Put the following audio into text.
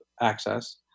access